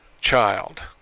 child